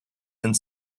and